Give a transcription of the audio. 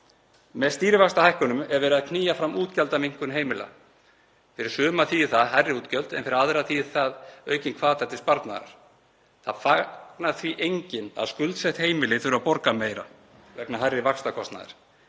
Með stýrivaxtahækkunum er verið að knýja fram útgjaldaminnkun heimila. Fyrir suma þýðir það hærri útgjöld en fyrir aðra þýðir það aukinn hvata til sparnaðar. Það fagnar því enginn að skuldsett heimili þurfi að borga meira vegna hærri vaxtakostnaðar